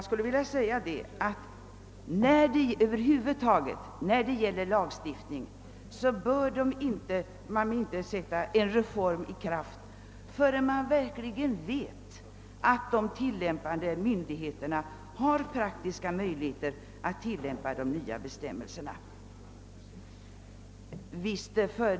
Över huvud taget bör man inte sätta en reform i kraft förrän man verkligen vet att myndigheterna har praktiska möjligheter att tillämpa de nya bestämmelserna.